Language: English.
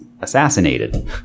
assassinated